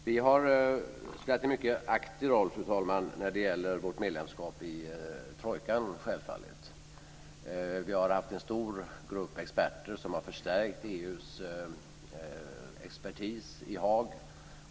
Fru talman! Vi har självfallet spelat en aktiv roll när det gäller vårt medlemskap i trojkan. Vi har haft en stor grupp experter som har förstärkt EU:s expertis i Haag.